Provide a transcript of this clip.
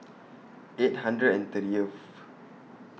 eight hundred and thirtieth